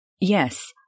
Yes